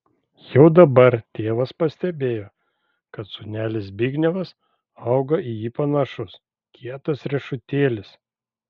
jau dabar tėvas pastebėjo kad sūnelis zbignevas auga į jį panašus kietas riešutėlis